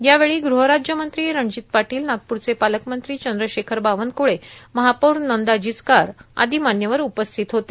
यावेळी गृह राज्यमंत्री रणजित पाटील नागपूरचे पालकमंत्री चंद्रशेखर बावनक्रळे महापौर नंदा जिचकार आदो मान्यवर उपस्थित होते